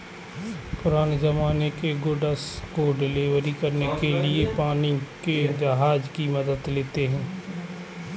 पुराने ज़माने में गुड्स को डिलीवर करने के लिए पानी के जहाज की मदद लेते थे